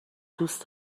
دوست